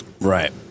Right